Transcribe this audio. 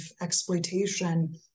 exploitation